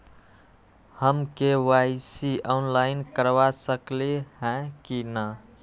हम KYC online करवा सकली ह कि न?